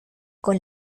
con